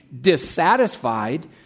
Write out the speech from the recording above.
dissatisfied